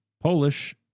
Polish